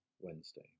Wednesday